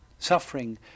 suffering